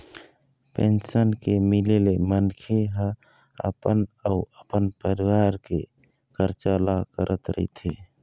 pension के मिले ले मनखे ह अपन अउ अपन परिवार के खरचा ल करत रहिथे